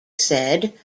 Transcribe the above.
said